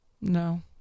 no